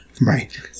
Right